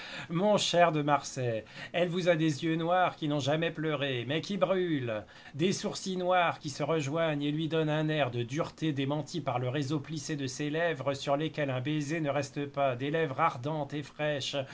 mon cher de marsay elle vous a des yeux noirs qui n'ont jamais pleuré mais qui brûlent des sourcils noirs qui se rejoignent et lui donnent un air de dureté démentie par le réseau de ses lèvres sur lesquelles un baiser ne reste pas des lèvres ardentes et fraîches